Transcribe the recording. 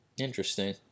Interesting